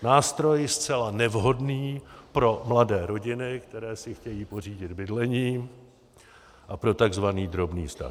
Nástroj zcela nevhodný pro mladé rodiny, které si chtějí pořídit bydlení, a pro tzv. drobný stav.